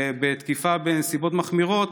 ובתקיפה בנסיבות מחמירות,